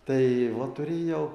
tai va turėjau